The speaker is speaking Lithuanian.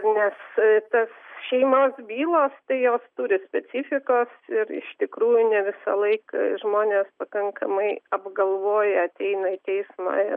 nes tas šeimos bylos tai jos turi specifikos ir iš tikrųjų ne visą laiką žmonės pakankamai apgalvoję ateina į teismą